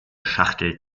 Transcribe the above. schachtel